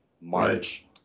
March